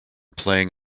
playing